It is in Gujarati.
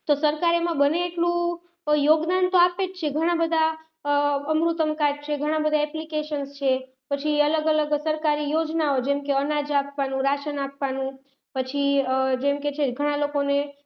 તો સરકાર એમાં બને એટલું યોગદાન તો આપે છે ઘણા બધા અમૃતમ કાર્ડ છે ઘણા બધા એપ્લિકેશન્સ છે પછી અલગ અલગ સરકારી યોજનાઓ જેમકે અનાજ આપવાનું રાશન આપવાનું પછી જેમકે છે ઘણા લોકોને